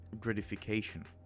gratification